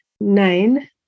nine